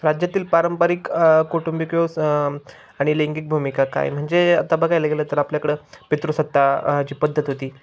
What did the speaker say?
राज्यातील पारंपारिक कौटुंबिक किंवा स आणि लैंगिक भूमिका काय म्हणजे आता बघायला गेलं तर आपल्याकडं पितृसत्ता जी पद्धत होती